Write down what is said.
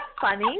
funny